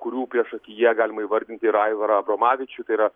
kurių priešakyje galima įvardinti ir aivarą abromavičių tai yra